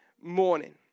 morning